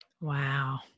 Wow